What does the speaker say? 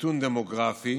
קיטון דמוגרפי